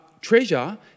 treasure